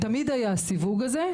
תמיד היה הסיווג הזה,